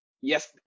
yes